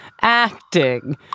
acting